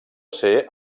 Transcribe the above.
ser